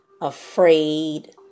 afraid